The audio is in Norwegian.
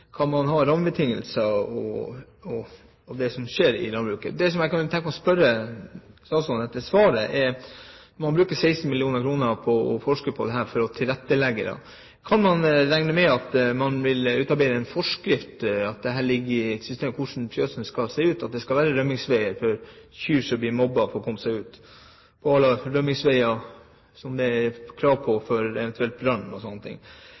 man har av rammebetingelser, og det som skjer i landbruket. Det som jeg kunne tenke meg å spørre statsråden om etter å ha hørt svaret, er: Når man bruker 16 mill. kr på å forske på dette for å tilrettelegge, kan man regne med at man vil utarbeide en forskrift, at det ligger i systemet hvordan fjøsene skal se ut, at det skal være rømningsveier for kyr som blir mobbet, slik at de skal komme seg ut,